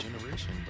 generation